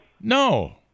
No